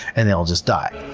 and then it'll just die.